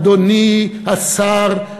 אדוני השר,